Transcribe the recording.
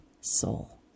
soul